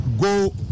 go